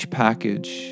package